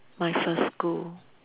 my first school